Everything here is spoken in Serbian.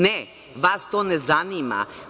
Ne, vas to ne zanima.